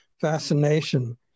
fascination